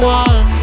one